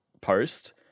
post